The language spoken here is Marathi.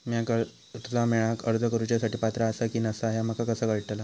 म्या कर्जा मेळाक अर्ज करुच्या साठी पात्र आसा की नसा ह्या माका कसा कळतल?